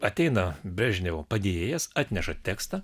ateina brežnevo padėjėjas atneša tekstą